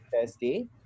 Thursday